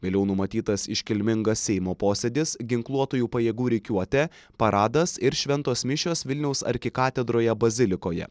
vėliau numatytas iškilmingas seimo posėdis ginkluotųjų pajėgų rikiuotė paradas ir šventos mišios vilniaus arkikatedroje bazilikoje